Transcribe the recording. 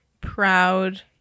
proud